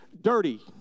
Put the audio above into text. dirty